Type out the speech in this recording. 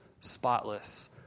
spotless